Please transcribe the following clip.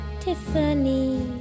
Tiffany